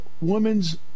women's